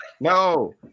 no